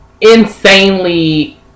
insanely